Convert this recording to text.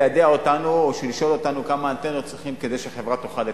ליידע אותנו או לשאול אותנו כמה אנטנות צריכים כדי שהחברה תוכל לתפקד.